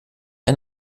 ein